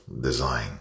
design